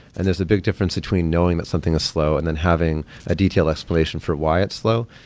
and there's a big difference between knowing that something is slow and then having a detailed explanation for why it's slow.